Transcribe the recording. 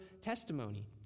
testimony